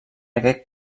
aquest